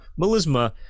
Melisma